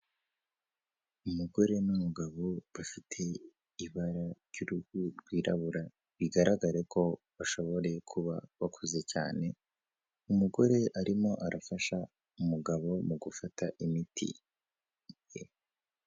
Umugore n'umugabo bafite ibara ry'uruhu rwirabura, bigaragare ko bashoboye kuba bakuze cyane. Umugore arimo arafasha umugabo mu gufata imiti ye.